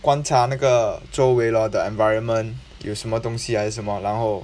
观察那个周围 lor the environment 有什么东西还是什么然后